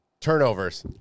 Turnovers